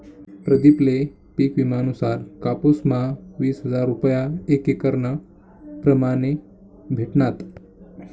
प्रदीप ले पिक विमा नुसार कापुस म्हा वीस हजार रूपया एक एकरना प्रमाणे भेटनात